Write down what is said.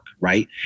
right